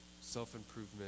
self-improvement